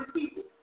people